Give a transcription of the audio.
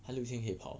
他六千可以跑